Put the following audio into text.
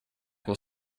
will